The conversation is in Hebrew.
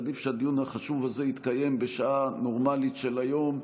עדיף שהדיון החשוב הזה יתקיים בשעה נורמלית של היום,